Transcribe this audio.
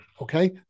Okay